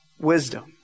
Wisdom